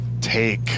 take